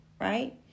right